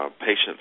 patients